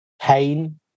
pain